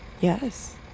Yes